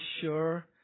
sure